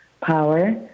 power